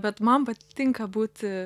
bet man patinka būti